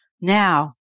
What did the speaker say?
Now